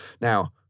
now